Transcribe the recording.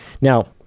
Now